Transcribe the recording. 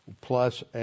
plus